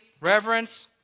reverence